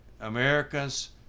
Americans